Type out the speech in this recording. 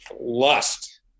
lust